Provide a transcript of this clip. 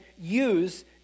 use